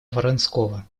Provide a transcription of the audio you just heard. вронского